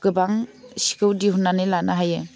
गोबां सिखौ दिहुन्नानै लानो हायो